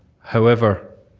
however,